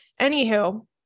Anywho